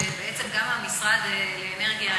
שבעצם גם משרד האנרגיה,